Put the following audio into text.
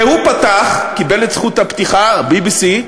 והוא פתח, קיבל את זכות הפתיחה, BBC,